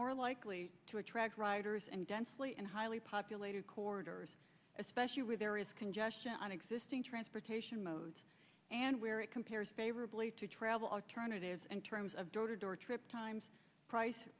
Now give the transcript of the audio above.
more likely to attract riders and densely and highly populated corridors especially when there is congestion on existing transportation modes and where it compares favorably to travel alternatives and terms of door to door trip times price